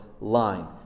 line